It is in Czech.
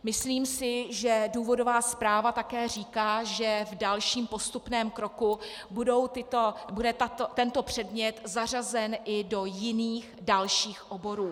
Myslím si, že důvodová zpráva také říká, že v dalším postupném kroku bude tento předmět zařazen i do jiných dalších oborů.